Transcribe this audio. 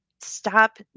stop